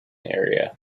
area